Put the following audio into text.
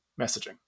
messaging